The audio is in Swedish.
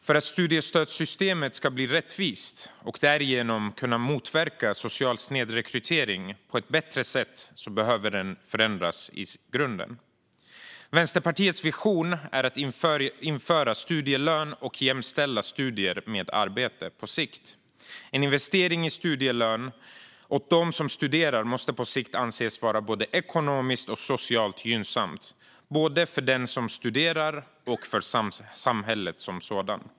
För att studiestödssystemet ska bli rättvist och därigenom kunna motverka social snedrekrytering på ett bättre sätt behöver det förändras i grunden. Vänsterpartiets vision är att införa studielön och jämställa studier med arbete. En investering i studielön åt dem som studerar måste på sikt anses vara både ekonomiskt och socialt gynnsamt, både för den studerande och för samhället.